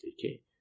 okay